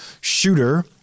Shooter